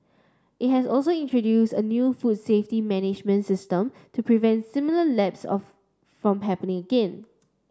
it has also introduced a new food safety management system to prevent similar lapses of from happening again